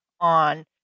on